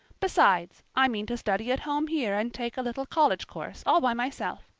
besides, i mean to study at home here and take a little college course all by myself.